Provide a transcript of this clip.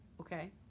okay